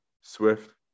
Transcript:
Swift